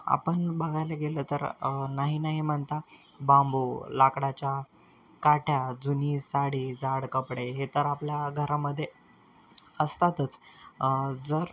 आपण बघायला गेलं तर नाही नाही म्हणता बांबू लाकडाच्या काठ्या जुनी साडी जाड कपडे हे तर आपल्या घरामध्ये असतातच जर